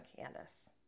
Candace